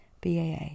BAA